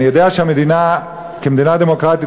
אני יודע שהמדינה כמדינה דמוקרטית,